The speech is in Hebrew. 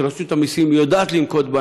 שרשות המסים יודעת לנקוט,